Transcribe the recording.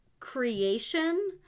creation